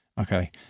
Okay